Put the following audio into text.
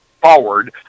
forward